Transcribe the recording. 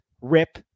rip